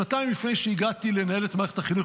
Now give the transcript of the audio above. שנתיים לפני שהגעתי לנהל את מערכת החינוך